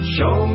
Show